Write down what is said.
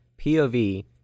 POV